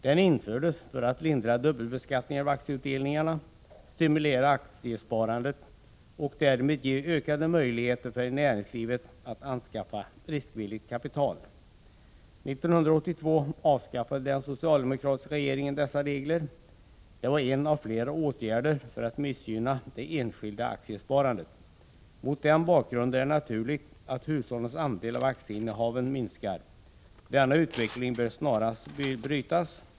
Den infördes för att lindra dubbelbeskattningen av aktieutdelningar, stimulera aktiesparandet och därmed ge ökade möjligheter för näringslivet att anskaffa riskvilligt kapital. 1982 avskaffade den socialdemokratiska regeringen dessa regler. Det var en av flera åtgärder för att missgynna det enskilda aktiesparandet. Mot den bakgrunden är det naturligt att hushållens andel av aktieinnehaven minskar. Denna utveckling bör snarast brytas.